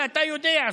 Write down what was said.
ואתה יודע זאת,